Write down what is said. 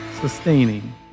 sustaining